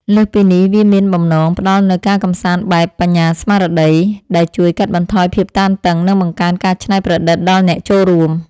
លើសពីនេះ វាមានបំណងផ្ដល់នូវការកម្សាន្តបែបបញ្ញាស្មារតី ដែលជួយកាត់បន្ថយភាពតានតឹង និងបង្កើនការច្នៃប្រឌិតដល់អ្នកចូលរួម។